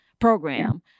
program